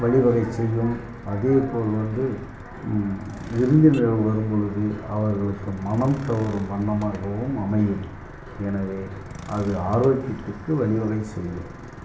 வழிவகை செய்யும் அதே போல் வந்து விருந்தினர் வரும்பொழுது அவர்களுக்கு மனம் கவரும் வண்ணமாகவும் அமையும் எனவே அது ஆரோக்கியத்துக்கு வழிவகை செய்யும்